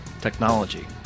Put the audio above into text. technology